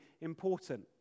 important